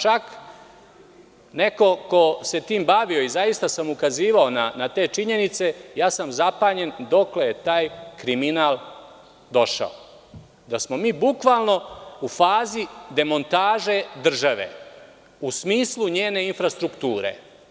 Čak kao neko ko se time bavio, i zaista sam ukazivao na te činjenice, ja sam zapanjen dokle je taj kriminal došao, da smo mi bukvalno u fazi demontaže države u smislu njene infrastrukture.